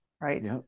Right